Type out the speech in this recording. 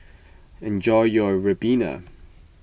enjoy your Ribena